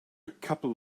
couple